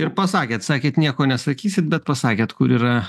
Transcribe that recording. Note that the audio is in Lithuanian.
ir pasakėt sakėt nieko nesakysit bet pasakėt kur yra